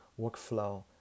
workflow